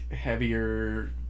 heavier